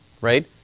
right